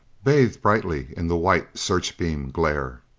bathed brightly in the white searchbeam glare.